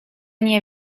nie